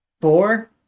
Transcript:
four